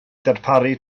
darparu